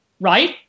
right